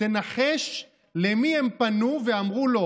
תנחש למי הם פנו ואמרו לו: